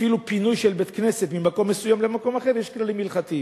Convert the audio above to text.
אפילו פינוי של בית-כנסת ממקום מסוים למקום אחר יש כללים הלכתיים.